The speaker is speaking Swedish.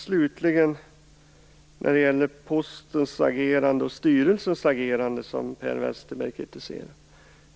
Slutligen till Postens och styrelsens agerande, som Per Westerberg kritiserade.